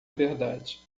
verdade